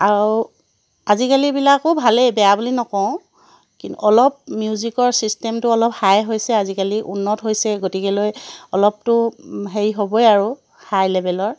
আৰু আজিকালিৰবিলাকো ভালেই বেয়া বুলি নকওঁ কিন্তু অলপ মিউজিকৰ চিষ্টেমটো অলপ হাই হৈছে আজিকালি উন্নত হৈছে গতিকেলৈ অলপতো হেৰি হ'বই আৰু হাই লেবেলৰ